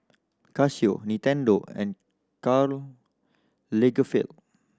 Casio Nintendo and Karl Lagerfeld